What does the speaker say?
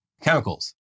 chemicals